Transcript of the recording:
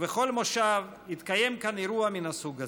ובכל מושב יתקיים כאן אירוע מהסוג הזה.